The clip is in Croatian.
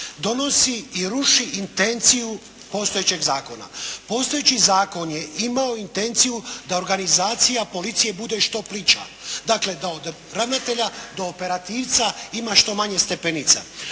Donosi i ruši intenciju postojećeg zakona. Postojeći zakon je imao intenciju da organizacija policije bude što plića. Dakle, da od ravnatelja do operativca ima što manje stepenica.